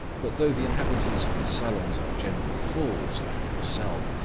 but though the inhabitants of his salons are generally fools, like himself,